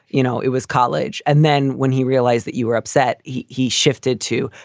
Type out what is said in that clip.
you know, it was college. and then when he realized that you were upset, he he shifted, too.